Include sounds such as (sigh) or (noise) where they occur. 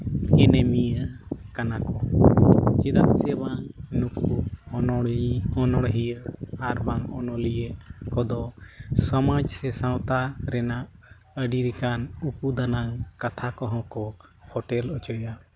ᱮᱱᱮᱢᱤᱭᱟᱹ ᱠᱟᱱᱟ ᱠᱚ ᱪᱮᱫᱟᱜ ᱥᱮ ᱵᱟᱝ ᱱᱩᱠᱩ (unintelligible) ᱚᱱᱚᱲᱦᱤᱭᱟᱹ ᱟᱨ ᱵᱟᱝ ᱚᱱᱚᱞᱤᱭᱟᱹ ᱠᱚᱫᱚ ᱥᱚᱢᱟᱡᱽ ᱥᱮ ᱥᱟᱶᱛᱟ ᱨᱮᱱᱟᱜ ᱟᱹᱰᱤ ᱞᱮᱱᱟᱱ ᱩᱠᱩ ᱫᱟᱱᱟᱝ ᱠᱟᱛᱷᱟ ᱠᱚᱦᱚᱸ ᱠᱚ ᱯᱷᱳᱴᱮᱞ ᱦᱚᱪᱚᱭᱟ